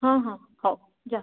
ହଁ ହଁ ହଉ ଯା